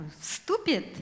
stupid